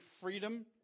freedom